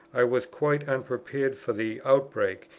i was quite unprepared for the outbreak,